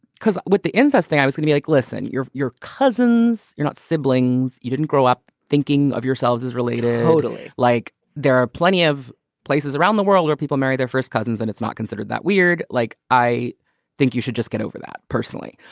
because with the incest thing, i was gonna be like, listen, you're your cousins, you're not siblings. you didn't grow up thinking of yourselves as related totally. like there are plenty of places around the world or people marry their first cousins and it's not considered that weird. like, i think you should just get over that personally,